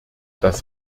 das